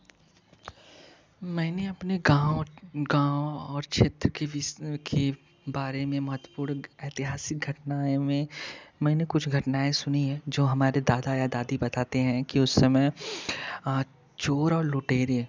मैंने अपने गाँव गाँव और क्षेत्र की विश्व के बारे में महत्वपूर्ण ऐतिहासिक घटनाएँ में मैंने कुछ घटनाएँ सुनी है जो हमारे दादा या दादी बताते हैं कि उस समय चोर और लुटेरे